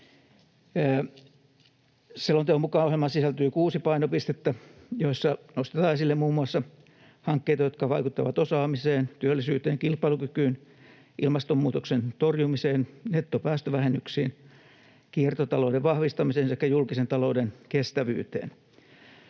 Selonteon mukaan ohjelmaan sisältyy kuusi painopistettä, joissa nostetaan esille muun muassa hankkeita, jotka vaikuttavat osaamiseen, työllisyyteen, kilpailukykyyn, ilmastonmuutoksen torjumiseen, nettopäästövähennyksiin, kiertotalouden vahvistamiseen sekä julkisen talouden kestävyyteen.